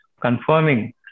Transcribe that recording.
confirming